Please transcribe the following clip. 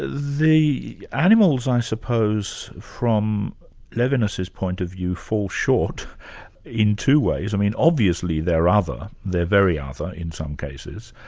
ah the animals i suppose, from levinas' point of view, fall short in two ways. i mean obviously they're other, they're very other, in some cases,